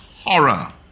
horror